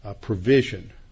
provision